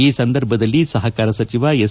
ಈ ಸಂದರ್ಭದಲ್ಲಿ ಸಹಕಾರ ಸಚಿವ ಎಸ್